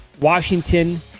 Washington